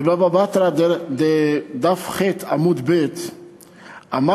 בבבא בתרא דף ח' עמוד ב' נאמר: